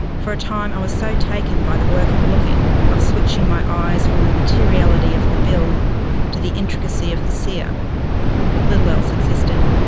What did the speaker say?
for a time i was so taken by the work of looking of switching my eyes from the materiality of the bill to the intricacy of the cere ah little else existed.